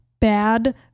bad